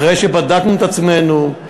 אחרי שבדקנו את עצמנו,